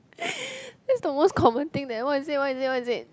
that's the most common thing than what is it what is it what is it